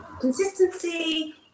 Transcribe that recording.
consistency